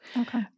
Okay